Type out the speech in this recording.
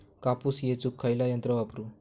कापूस येचुक खयला यंत्र वापरू?